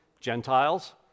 Gentiles